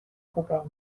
خوبه